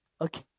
Okay